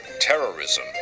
terrorism